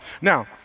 Now